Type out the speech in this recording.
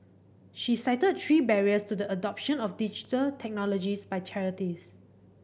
she cited three barriers to the adoption of Digital Technologies by charities